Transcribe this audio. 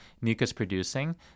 mucus-producing